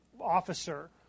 officer